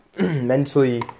mentally